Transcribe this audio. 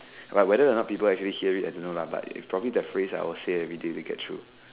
well whether or not people actually I don't know lah it is probably the phrase I say everyday to get through